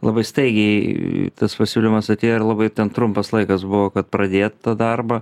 labai staigiai tas pasiūlymas atėjo ir labai trumpas ten laikas buvo kad pradėt tą darbą